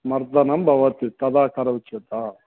मर्दनं भवति तदा करोति चेत् हा